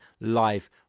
live